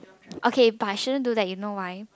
okay but I shouldn't do that you know why